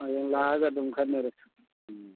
ꯍꯌꯦꯡ ꯂꯥꯛꯑꯒ ꯑꯗꯨꯝ ꯈꯟꯅꯔꯁꯤ ꯎꯝ